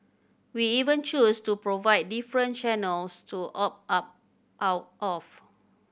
we even choose to provide different channels to opt up out of